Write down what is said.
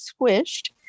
Squished